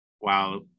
Wow